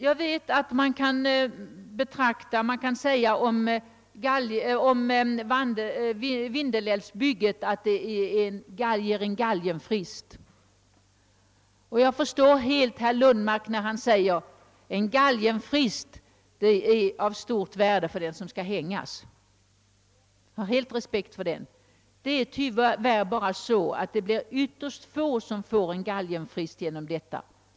Jag vet, att man kan säga om Vindelälvsbygget ait det ger en galgenfrist. Jag förstår helt herr Lundmark när ban säger att en galgenfrist är av stort värde för den som skall hängas, och jag har full respekt för den uppfattningen. Det är tyvärr bara så, att det blir ytterst få som får en galgenfrist genom detta.